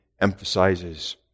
emphasizes